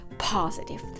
positive